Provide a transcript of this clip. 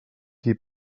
qui